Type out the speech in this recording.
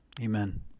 amen